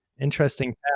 interesting